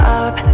up